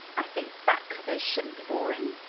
i think back covers shouldn't be boring.